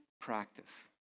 practice